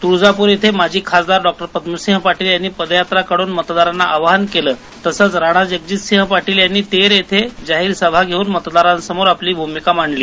तुळजापूरला माजी खासदार पद्यसिंह पाटील यांनी पदयात्रा काढून मतदारांना आवाहन केलं तसंच राणाजगजितसिंह पाटील यांनी तेर इथं जाहीर सभा घेऊन मतदारांसमोर आपली भूमिका मांडली